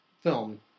film